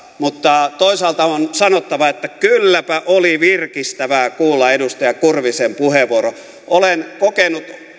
mutta toisaalta on sanottava että kylläpä oli virkistävää kuulla edustaja kurvisen puheenvuoro olen kokenut